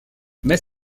mais